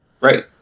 Right